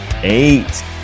eight